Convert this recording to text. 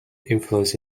influence